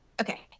Okay